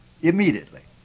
immediately